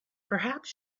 perhaps